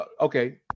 Okay